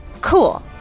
Cool